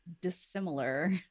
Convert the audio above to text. dissimilar